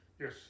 Yes